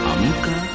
Amuka